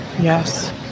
Yes